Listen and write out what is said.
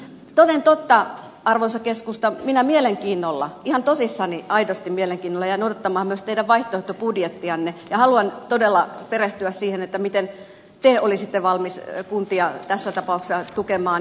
toden totta arvoisa keskusta minä mielenkiinnolla ihan tosissani aidosti mielenkiinnolla jään odottamaan myös teidän vaihtoehtobudjettianne ja haluan todella perehtyä siihen miten te olisitte valmis kuntia tässä tapauksessa tukemaan